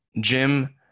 Jim